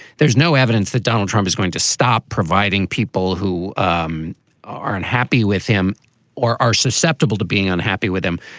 there's no evidence that donald trump is going to stop providing people who um are unhappy with him or are susceptible to being unhappy with him.